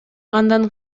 андан